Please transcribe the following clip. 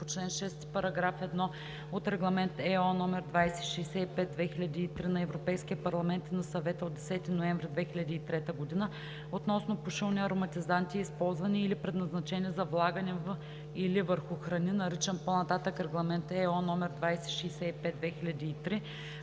по чл. 6, параграф 1 от Регламент (ЕО) № 2065/2003 на Европейския парламент и на Съвета от 10 ноември 2003 г. относно пушилни ароматизанти, използвани или предназначени за влагане във или върху храни, наричан по-нататък „Регламент (ЕО) № 2065/2003“